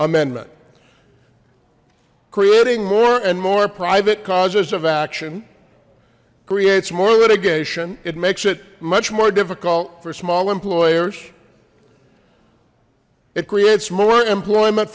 amendment creating more and more private causes of action creates more litigation it makes it much more difficult for small employers it creates more employment